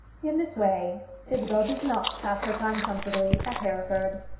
in this way isabel did not pass her time comfortably at hereford.